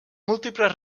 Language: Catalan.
múltiples